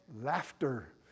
Laughter